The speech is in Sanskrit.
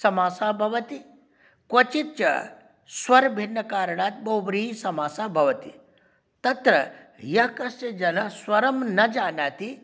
समासः भवति क्वचित् च स्वरभिन्नकारणात् बहुब्रीहिसमासः भवति तत्र यः कश्चित् जनः स्वरं न जानाति